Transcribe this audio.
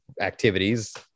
activities